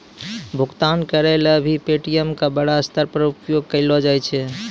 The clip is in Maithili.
भुगतान करय ल भी पे.टी.एम का बड़ा स्तर पर उपयोग करलो जाय छै